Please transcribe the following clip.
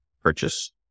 purchase